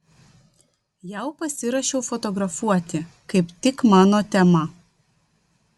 jau pasiruošiau fotografuoti kaip tik mano tema